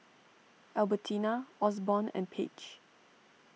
Albertina Osborn and Page